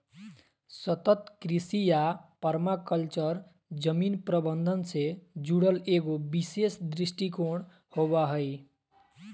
सतत कृषि या पर्माकल्चर जमीन प्रबन्धन से जुड़ल एगो विशेष दृष्टिकोण होबा हइ